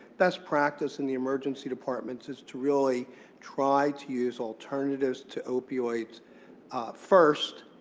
best practice in the emergency departments is to really try to use alternatives to opioids first.